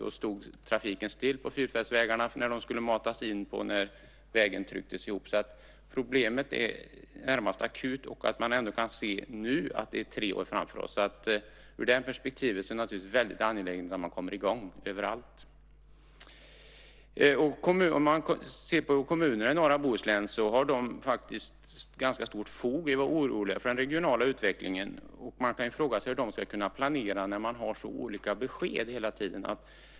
Då stod trafiken still på fyrfältsvägarna när bilarna skulle matas in där vägen trycktes ihop. Problemet är alltså närmast akut, samtidigt som vi kan se att detta nu ligger tre år framför oss. I det perspektivet är det naturligtvis väldigt angeläget att man kommer i gång överallt. Kommunerna i norra Bohuslän har faktiskt ganska stort fog för att vara oroliga över den regionala utvecklingen. Man kan fråga sig hur de ska kunna planera när de får så olika besked hela tiden.